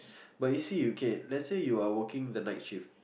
but you see okay let's say you are working the night shift